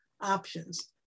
options